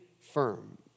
firm